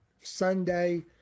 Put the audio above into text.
Sunday